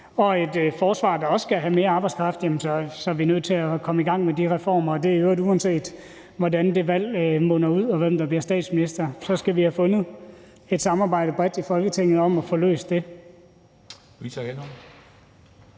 med et forsvar, der også skal have mere arbejdskraft, så er vi nødt til at komme i gang med de reformer, og det er i øvrigt, uanset hvad valget munder ud i og hvem der bliver statsminister. Så skal vi have fundet et samarbejde bredt i Folketinget om at få løst det.